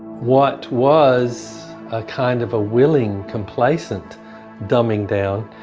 what was a kind of a willing complacent dumbing down,